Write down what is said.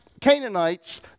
Canaanites